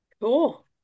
Cool